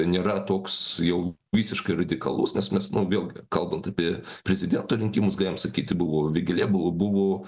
nėra toks jau visiškai radikalus nes mes nu vėlgi kalbant apie prezidento rinkimus galim sakyti buvo vėgėlė buvo buvo